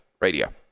radio